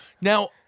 Now